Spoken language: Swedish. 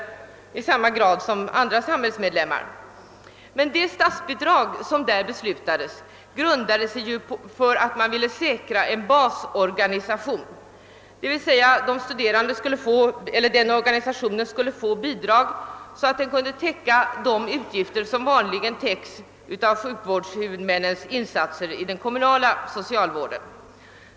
Det statsbidrag som där föreslogs och sedan beslutades grundade sig på att man ville säkra en basorganisation. Den organisationen skulle alltså få bidrag för att täcka de utgifter som vanligen täcks av sjukvårdshuvudmännens insatser i den kommunala socialvården.